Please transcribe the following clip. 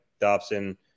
Dobson